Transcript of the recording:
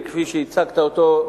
כפי שהצגת אותו,